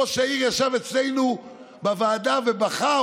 ראש העיר ישב אצלנו בוועדה ובכה.